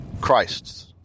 Christ's